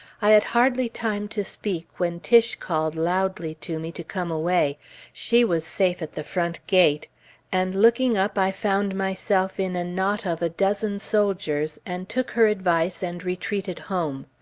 i had hardly time to speak when tiche called loudly to me to come away she was safe at the front gate and looking up, i found myself in a knot of a dozen soldiers, and took her advice and retreated home.